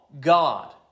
God